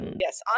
Yes